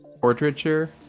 portraiture